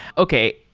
okay.